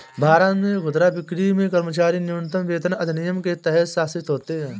भारत में खुदरा बिक्री में कर्मचारी न्यूनतम वेतन अधिनियम के तहत शासित होते है